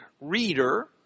reader